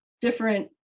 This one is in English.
different